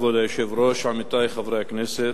כבוד היושב-ראש, עמיתי חברי הכנסת,